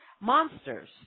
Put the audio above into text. monsters